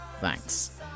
Thanks